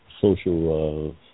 social